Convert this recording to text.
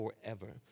forever